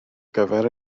gyfer